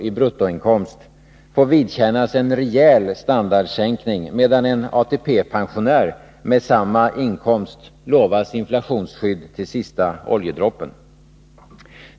i bruttoinkomst får vidkännas en rejäl standardsänkning, medan en ATP-pensionär med samma inkomst utlovas inflationsskydd till sista oljedroppen.